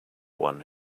one